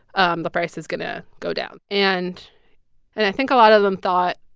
um the price is going to go down. and and i think a lot of them thought,